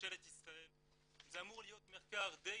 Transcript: ממשלת ישראל, זה אמור להיות מחקר די